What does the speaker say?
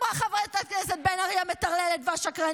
אמרה חברת הכנסת בן ארי המטרללת והשקרנית.